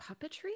puppetry